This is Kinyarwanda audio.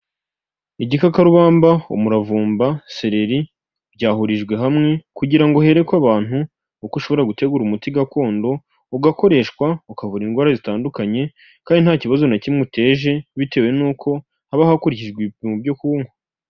Igikakarubamba, umuravumba, sereri, byahurijwe hamwe kugira ngo herekwe abantu uko ushobora gutegura umuti gakondo, ugakoreshwa, ukavura indwara zitandukanye kandi nta kibazo na kimwe uteje, bitewe n'uko haba hakurikijwe ibipimo byo kuwunywa.